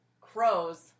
crows